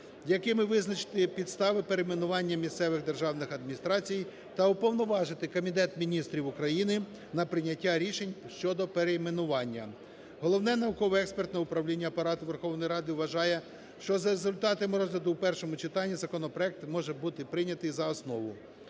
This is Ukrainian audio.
якими визначити підстави перейменування місцевих державних адміністрацій та уповноважити Кабінет Міністрів України на прийняття рішень щодо перейменування. Головне науково-експертне управління Апарату Верховної Ради вважає, що за результатами розгляду в першому читанні законопроект може бути прийнятий за основу.